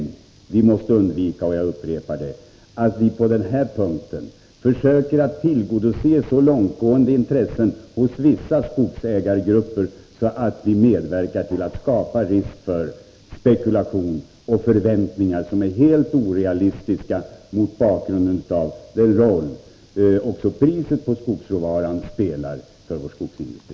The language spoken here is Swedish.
Men vi måste — jag upprepar det — undvika att på denna punkt försöka tillgodose så långtgående intressen hos vissa skogsägargrupper att vi medverkar till att skapa risk för spekulation och förväntningar som är helt orealistiska mot bakgrund av den roll också priset på skogsråvaran spelar för vår skogsindustri.